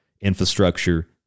infrastructure